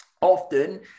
often